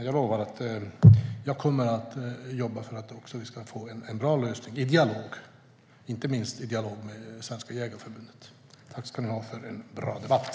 Jag lovar att jag kommer att jobba för att vi ska få en bra lösning i dialog, inte minst med Svenska Jägareförbundet. Jag tackar er för en bra debatt.